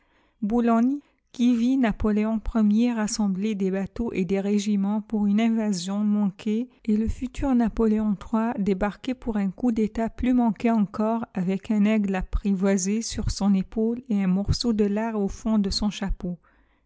boulogne qui vit napoléon i rassembler des bateaux et des régiments pour une invasion manquée et le futur napoléon iii débarquer pour un coup d'etat plus manqué encore avec un aigle apprivoisé sur son épaule et un morceau de lard au fond de son chapeau